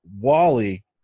Wally